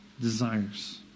desires